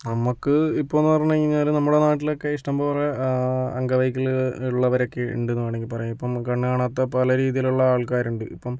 നമുക്ക് ഇപ്പോളെന്നു പറഞ്ഞു കഴിഞ്ഞാൽ നമ്മുടെ നാട്ടിലൊക്കെ ഇഷ്ടം പോലെ അംഗവൈകല്യം ഉള്ളവരൊക്കെ ഉണ്ടെന്നു വേണമെങ്കിൽ പറയാം ഇപ്പം കണ്ണു കാണാത്ത പല രീതിയിലുള്ള ആൾക്കാരുണ്ട് ഇപ്പം